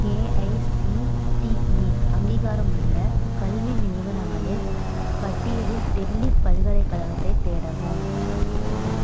AICTE அங்கீகாரமுள்ள கல்வி நிறுவனங்களின் பட்டியலில் டெல்லி பல்கலைக்கழகத்தைத் தேடவும்